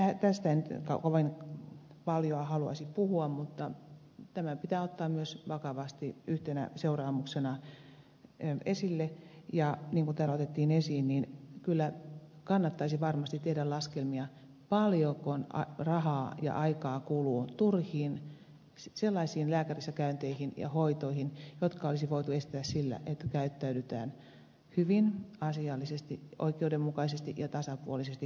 tästä en kovin paljon haluaisi puhua mutta tämä pitää ottaa myös vakavasti yhtenä seuraamuksena esille ja niin kuin täällä otettiin esiin niin kyllä kannattaisi varmasti tehdä laskelmia paljonko rahaa ja aikaa kuluu sellaisiin turhiin lääkärissä käynteihin ja hoitoihin jotka olisi voitu estää sillä että käyttäydytään hyvin asiallisesti oikeudenmukaisesti ja tasapuolisesti kaikkia kohtaan